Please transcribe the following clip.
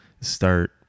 start